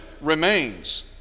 remains